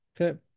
Okay